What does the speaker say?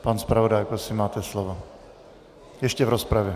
Pan zpravodaj, prosím, máte slovo ještě v rozpravě.